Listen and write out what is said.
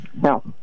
No